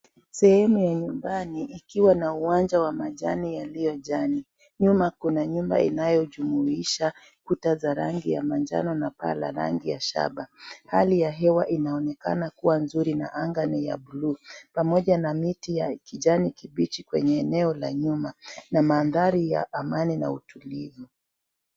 Sehemu ya nyumbani ikiwa na wanna wa majani iliyo jani nyuma kuna nyumba inayojumuisha paa la rangi ya shaba hali ya hewa onaonekana kuwa nzuri na anga ni ya blue pamoja na miti ya kijani kijani kibichi kwenye eneo la nyuma na mandhari ya amani na utulivu.